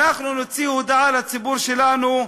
נוציא הודעה לציבור שלנו: